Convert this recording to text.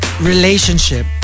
relationship